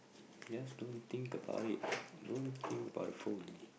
just don't think about it don't think about the phone